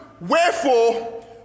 Wherefore